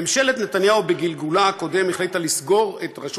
ממשלת נתניהו בגלגולה הקודם החליטה לסגור את רשות